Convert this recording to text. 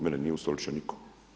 Mene nije ustoličio nitko.